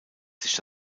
sich